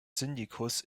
syndikus